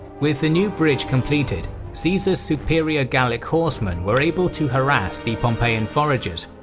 with the new bridge completed caesar's superior gallic horsemen were able to harass the pompeian foragers,